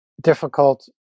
difficult